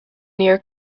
near